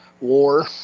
war